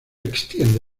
extiende